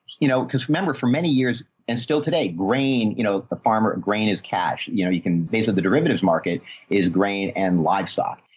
you know, cause remember for many years and still today, grain, you know, the farmer grain is cash. you know, you can basically, the derivatives market is grain and livestock.